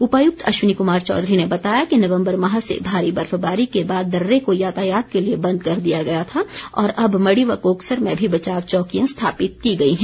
उपायुक्त अश्वनी कुमार चौधरी ने बताया कि नवम्बर माह से भारी बर्फबारी के बाद दर्रे को यातायात के लिए बंद कर दिया गया था और अब मढ़ी व कोकसर में भी बचाव चौकियां स्थापित की गई हैं